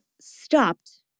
stopped